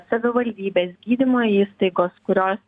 savivaldybės gydymo įstaigos kurios